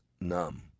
numb